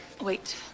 Wait